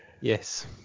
Yes